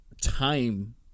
time